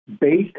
based